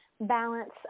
balance